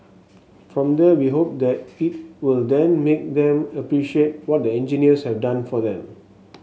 from there we hope that it will then make them appreciate what the engineers have done for them